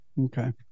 okay